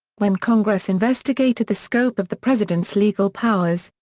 when congress investigated the scope of the president's legal powers,